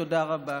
תודה רבה.